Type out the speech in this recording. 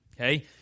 Okay